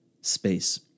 space